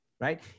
right